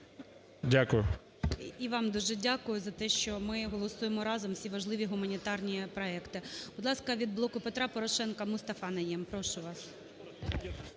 І вам дуже дякую за те, що ми голосуємо разом всі важливі гуманітарні проекти. Будь ласка, від "Блоку Петра Порошенка" Мустафа Найєм. Прошу вас.